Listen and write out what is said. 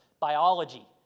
biology